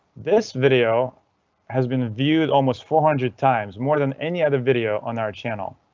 this video has been viewed almost four hundred times, more than any other video on our channel.